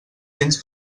cents